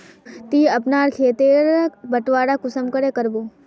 ती अपना खेत तेर बटवारा कुंसम करे करबो?